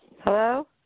Hello